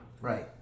Right